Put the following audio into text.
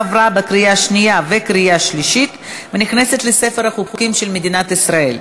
עברה בקריאה שנייה ובקריאה שלישית ונכנסת לספר החוקים של מדינת ישראל.